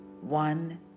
One